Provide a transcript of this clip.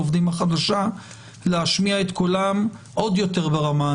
העובדים החדשה להשמיע את קולם עוד יותר ברמה.